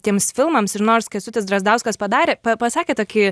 tiems filmams ir nors kęstutis drazdauskas padarė pa pasakė tokį